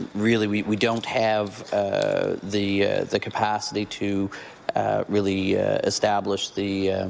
really we don't have ah the the capacity to really establish the